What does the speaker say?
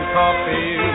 coffee